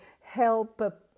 help